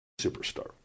Superstar